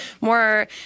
more